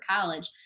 college